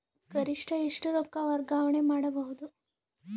ಗರಿಷ್ಠ ಎಷ್ಟು ರೊಕ್ಕ ವರ್ಗಾವಣೆ ಮಾಡಬಹುದು?